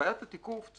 שבעיית התיקוף,